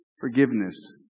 Forgiveness